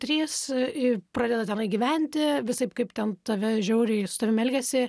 trys ir pradeda tenai gyventi visaip kaip ten tave žiauriai su tavim elgiasi